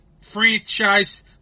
franchise